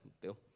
Bill